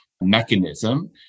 mechanism